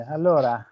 Allora